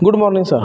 good morning sir